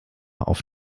auf